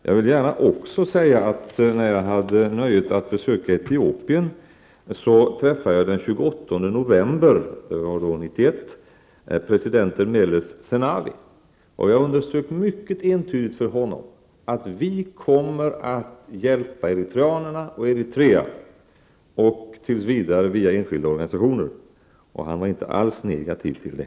Jag vill också gärna säga att när jag hade nöjet att besöka Etiopien träffade jag den 28 november 1991 president Meles Zenawi. Jag underströk mycket entydigt för honom att vi kommer att hjälpa eritreanerna och Eritrea, tills vidare via enskilda organisationer. Han var inte alls negativ till det.